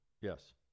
Yes